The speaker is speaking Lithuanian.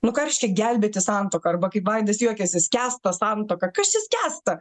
nu ką reiškia gelbėti santuoką arba kaip vaidas juokiasi skęsta santuoka kas čia skęsta